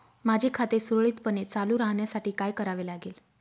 माझे खाते सुरळीतपणे चालू राहण्यासाठी काय करावे लागेल?